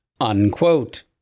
unquote